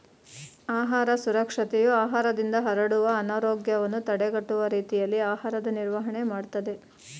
ಆಹಾರ ಸುರಕ್ಷತೆಯು ಆಹಾರದಿಂದ ಹರಡುವ ಅನಾರೋಗ್ಯವನ್ನು ತಡೆಗಟ್ಟುವ ರೀತಿಯಲ್ಲಿ ಆಹಾರದ ನಿರ್ವಹಣೆ ಮಾಡ್ತದೆ